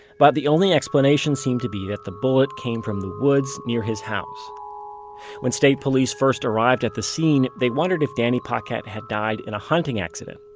but the only explanation seemed to be that the bullet came from the woods near his house when state police first arrived at the scene, they wondered if danny paquette had died in a hunting accident.